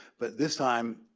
but this time,